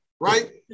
right